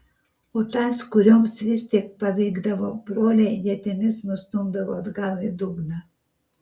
o tas kurioms vis tik pavykdavo broliai ietimis nustumdavo atgal į dugną